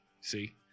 See